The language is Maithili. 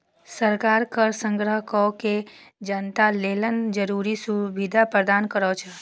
सरकार कर संग्रह कैर के जनता लेल जरूरी सुविधा प्रदान करै छै